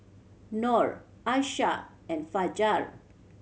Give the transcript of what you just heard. Nor Aisyah and Fajar